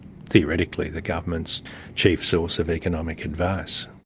theoretically the government's chief source of economic advice.